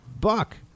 Buck